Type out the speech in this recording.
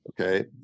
okay